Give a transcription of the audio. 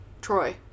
troy